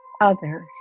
others